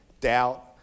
doubt